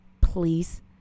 please